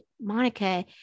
Monica